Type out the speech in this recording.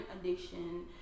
addiction